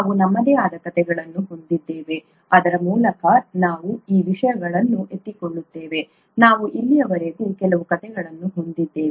ನಾವು ನಮ್ಮದೇ ಆದ ಕಥೆಗಳನ್ನು ಹೊಂದಿದ್ದೇವೆ ಅದರ ಮೂಲಕ ನಾವು ಈ ವಿಷಯಗಳನ್ನು ಎತ್ತಿಕೊಳ್ಳುತ್ತೇವೆ ನಾವು ಇಲ್ಲಿಯವರೆಗೆ ಕೆಲವು ಕಥೆಗಳನ್ನು ಹೊಂದಿದ್ದೇವೆ